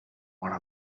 want